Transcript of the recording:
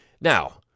Now